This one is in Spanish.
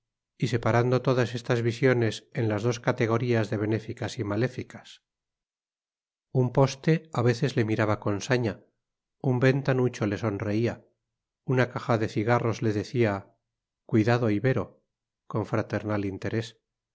y separando todas estas visiones en las dos categorías de benéficas y maléficas un poste a veces le miraba con saña un ventanucho le sonreía una caja de cigarros le decía cuidado ibero con fraternal interés